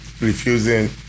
refusing